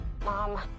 Mom